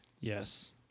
Yes